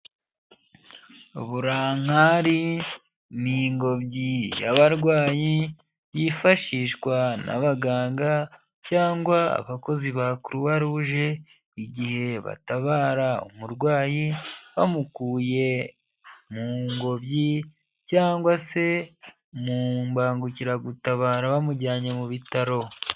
Burankari ni ingobyi y'abarwaryi yifashishwa n'abaganga cyangwa abakozi ba croix rouge igihe batabara umurwayi bamukuye mu ngobyi cyangwa se mu mbangukiragutabara bamujyanye mu bitaro.